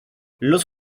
los